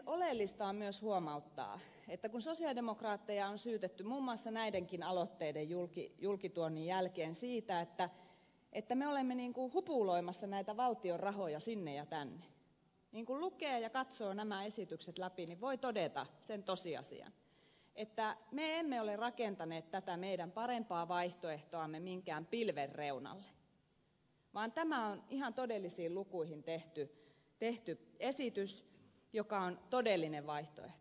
oleellista on myös huomauttaa että kun sosialidemokraatteja on syytetty muun muassa näidenkin aloitteiden julkituonnin jälkeen siitä että me olemme ikään kuin hupuloimassa näitä valtion rahoja sinne ja tänne niin kun lukee ja katsoo nämä esitykset läpi voi todeta sen tosiasian että me emme ole rakentaneet tätä meidän parempaa vaihtoehtoamme minkään pilven reunalle vaan tämä on ihan todellisiin lukuihin perustuva esitys joka on todellinen vaihtoehto